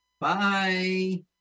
bye